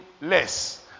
less